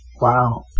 Wow